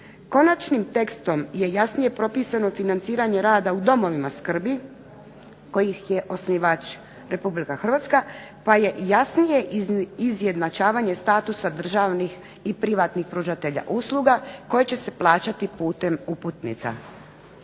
Konačnim tekstom je jasnije propisivanje rada u domovima skrbi, kojih je osnivač Republika Hrvatske, pa je jasnije izjednačavanje statusa državnih i privatnih pružatelja usluga koji će se plaćati putem uputnica.